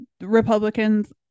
republicans